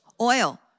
Oil